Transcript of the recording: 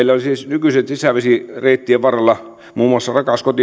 sisävesille meillä siis nykyisten sisävesireittien varrella muun muassa rakas